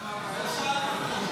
לא שאלנו.